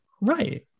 Right